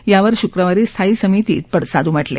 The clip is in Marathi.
यावर शुक्रवारी स्थायी समितीत पडसाद उमटले